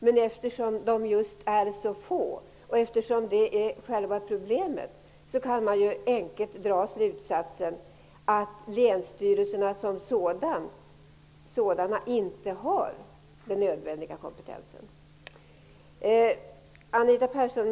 Men eftersom de just är så få och eftersom det är själva problemet, kan man enkelt dra slutsatsen att länsstyrelserna som sådana inte har den nödvändiga kompetensen.